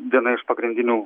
viena iš pagrindinių